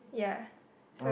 yeah